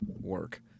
work